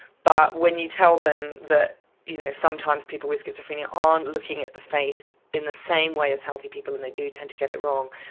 but when you tell them that you know sometimes people with schizophrenia aren't looking at the face in the same way as healthy people and they do tend to get it wrong,